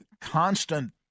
constant